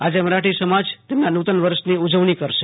આજે મરાઠી સમાજ તેમના નુતન વર્ષની ઉજવણી કરશે